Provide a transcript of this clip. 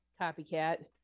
Copycat